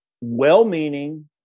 well-meaning